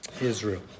Israel